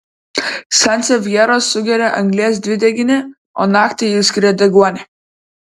sansevjeros sugeria anglies dvideginį o naktį išskiria deguonį